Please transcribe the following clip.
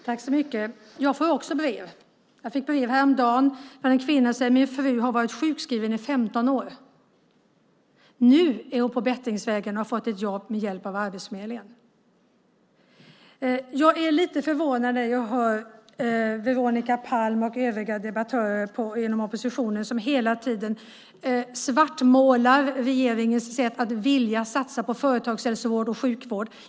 Herr talman! Jag får också brev. Jag fick häromdagen ett brev från en person som skrev: Min fru har varit sjukskriven i 15 år. Nu är hon på bättringsvägen och har fått ett jobb med hjälp av Arbetsförmedlingen. Jag blir lite förvånad när jag hör Veronica Palm och övriga debattörer inom oppositionen som hela tiden svartmålar regeringens sätt att vilja satsa på företagshälsovård och sjukvård.